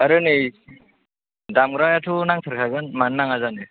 आरो नै दामग्रायाथ' नांथारखागोन मानो नाङा जानो